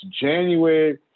January